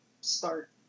start